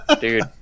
dude